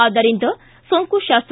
ಆದ್ದರಿಂದ ಸೋಂಕು ಶಾಸ್ತ